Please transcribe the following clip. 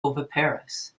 oviparous